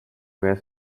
west